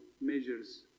measures